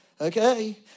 Okay